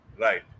right